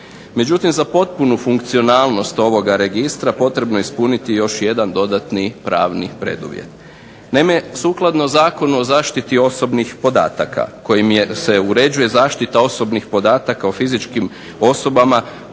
Međutim, za potpunu funkcionalnost ovoga registra potrebno je ispuniti još jedan dodatni pravni preduvjet. Naime, sukladno Zakonu o zaštiti osobnih podataka kojim se uređuje zaštita osobnih podataka o fizičkim osobama,